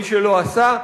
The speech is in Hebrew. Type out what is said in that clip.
מי שלא עשה,